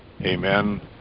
Amen